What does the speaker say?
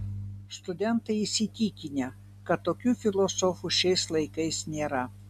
studentai įsitikinę kad tokių filosofų šiais laikais nėra